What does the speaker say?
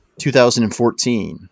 2014